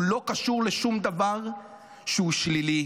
הוא לא קשור לשום דבר שהוא שלילי,